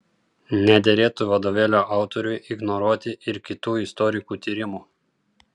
nederėtų vadovėlio autoriui ignoruoti ir kitų istorikų tyrimų